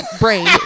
brain